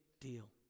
deal